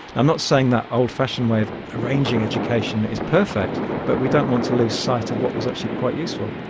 i'm not saying that old-fashioned way of arranging education is perfect but we don't want to lose sight of what was actually quite useful.